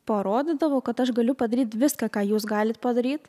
parodydavau kad aš galiu padaryt viską ką jūs galit padaryt